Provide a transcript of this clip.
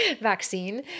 vaccine